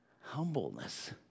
humbleness